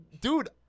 dude